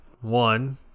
One